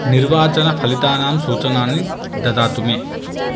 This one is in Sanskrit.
निर्वाचनफलितानां सूचनानि ददातु मे